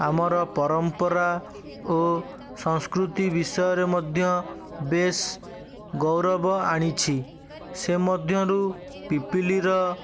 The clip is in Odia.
ଆମର ପରମ୍ପରା ଓ ସଂସ୍କୃତି ବିଷୟରେ ମଧ୍ୟ ବେଶ୍ ଗୌରବ ଆଣିଛି ସେ ମଧ୍ୟରୁ ପିପିଲିର